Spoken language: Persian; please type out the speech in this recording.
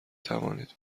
توانید